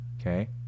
okay